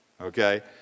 okay